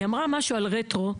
היא אמרה משהו על רטרו.